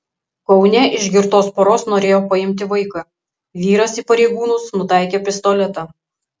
kaune iš girtos poros norėjo paimti vaiką vyras į pareigūnus nutaikė pistoletą